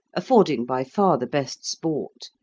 affording by far the best sport,